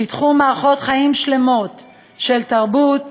פיתחו מערכות חיים שלמות של תרבות,